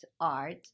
art